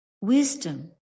wisdom